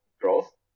growth